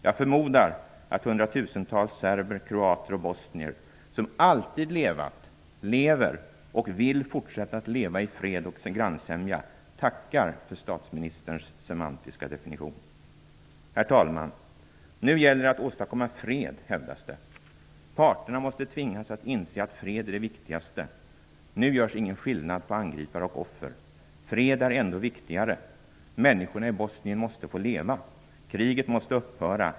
Jag förmodar att hundratusentals serber, kroater och bosnier som alltid levat, lever och vill fortsätta att leva i fred och grannsämja tackar för statsministerns semantiska definition. Herr talman! Nu gäller det att åstadkomma fred, hävdas det. Parterna måste tvingas att inse att fred är det viktigaste. Nu görs ingen skillnad på angripare och offer. Freden är viktigare. Människorna i Bosnien måste få leva. Kriget måste upphöra.